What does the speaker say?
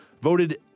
voted